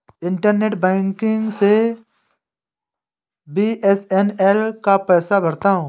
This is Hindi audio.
मैं इंटरनेट बैंकिग से बी.एस.एन.एल का पैसा भरता हूं